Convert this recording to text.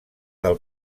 del